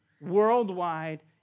worldwide